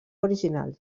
original